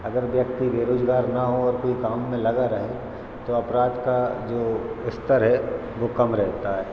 अगर व्यक्ति बेरोज़गार ना हो और कोई काम में लगा रहे तो अपराध का जो स्तर है वह कम रहता है